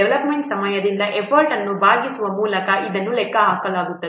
development ಸಮಯದಿಂದ effort ಅನ್ನು ಭಾಗಿಸುವ ಮೂಲಕ ಇದನ್ನು ಲೆಕ್ಕಹಾಕಲಾಗುತ್ತದೆ